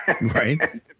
Right